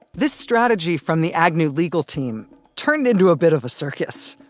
this strategy from the agnew legal team turned into a bit of a circus,